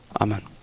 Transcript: Amen